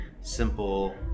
simple